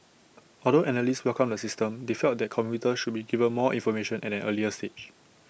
although analysts welcomed the system they felt that commuters should be given more information at an earlier stage